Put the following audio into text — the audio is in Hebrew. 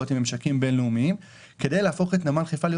עם ממשקים בין-לאומיים כדי להפוך את נמל חיפה להיות